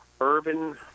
urban